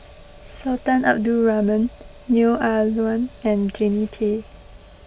Sultan Abdul Rahman Neo Ah Luan and Jannie Tay